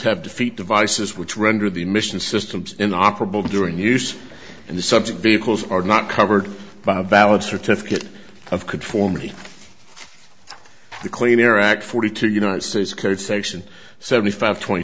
have defeat devices which render the mission systems in operable during use and the subject vehicles are not covered by a valid certificate of could for me the clean air act forty two united states code section seventy five twenty